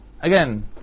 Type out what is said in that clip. Again